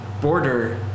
border